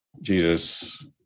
Jesus